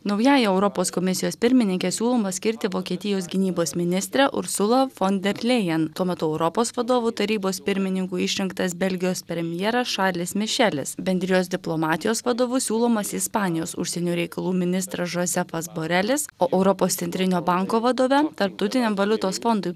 naująja europos komisijos pirmininke siūloma skirti vokietijos gynybos ministrė ursulą fon der lėjan tuo metu europos vadovų tarybos pirmininku išrinktas belgijos premjeras šarlis mišelis bendrijos diplomatijos vadovu siūlomas ispanijos užsienio reikalų ministras žozefas borelis o europos centrinio banko vadove tarptautiniam valiutos fondui